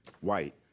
white